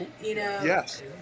Yes